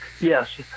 Yes